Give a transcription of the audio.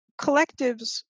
collectives